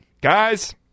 Guys